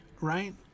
right